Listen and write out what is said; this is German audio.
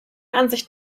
ansicht